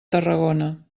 tarragona